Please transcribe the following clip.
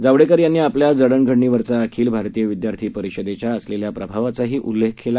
जावडेकर यांनी आपल्या जडणघडणीवरचा अखिल भारतीय विद्यार्थी परिषदेच्या असलेल्या प्रभावाचाही उल्लेख केला